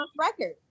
record